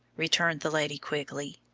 returned the lady quickly.